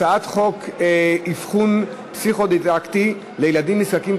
הצעת חוק אבחון פסיכו-דידקטי לילדים נזקקים,